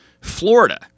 Florida